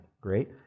Great